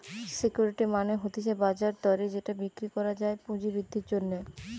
security মানে হতিছে বাজার দরে যেটা বিক্রি করা যায় পুঁজি বৃদ্ধির জন্যে